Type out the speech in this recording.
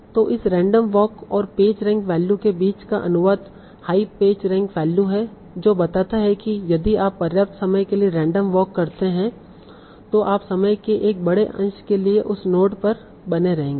तो इस random walk और पेज रैंक वैल्यू के बीच का अनुवाद हाई पेज रैंक वैल्यू है जो बताता है कि यदि आप पर्याप्त समय के लिए रैंडम वॉक करते हैं तों आप समय के एक बड़े अंश के लिए उस नोड पर बने रहेंगे